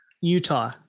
Utah